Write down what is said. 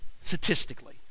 Statistically